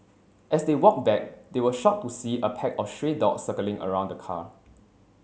as they walked back they were shocked to see a pack of stray dogs circling around the car